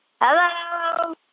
Hello